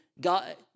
God